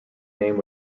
name